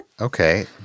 Okay